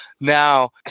Now